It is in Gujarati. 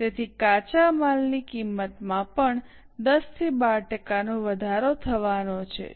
તેથી કાચા માલની કિંમતમાં પણ 10 થી 12 ટકાનો વધારો થવાનો છે